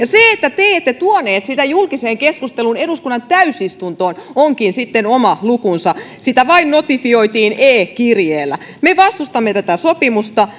se että te ette tuoneet sitä julkiseen keskusteluun eduskunnan täysistuntoon onkin sitten oma lukunsa se vain notifioitiin e kirjeellä me vastustamme tätä sopimusta